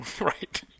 Right